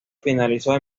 finalizó